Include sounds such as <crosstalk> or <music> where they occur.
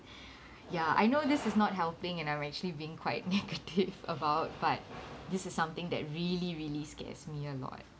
<breath> ya I know this is not helping and I'm actually being quite negative about but this is something that really really scares me a lot